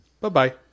Bye-bye